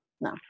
No